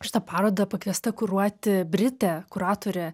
šitą parodą pakviesta kuruoti britė kuratorė